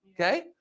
Okay